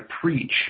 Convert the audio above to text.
preach